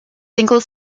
single